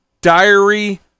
diary